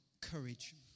courage